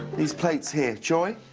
these plates here, joy,